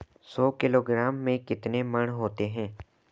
सौ किलोग्राम में कितने मण होते हैं?